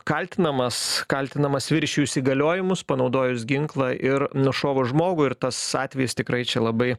kaltinamas kaltinamas viršijus įgaliojimus panaudojus ginklą ir nušovus žmogų ir tas atvejis tikrai čia labai